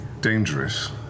dangerous